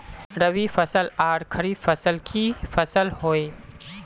रवि फसल आर खरीफ फसल की फसल होय?